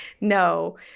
No